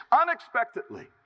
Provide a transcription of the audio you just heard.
unexpectedly